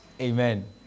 Amen